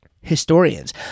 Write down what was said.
historians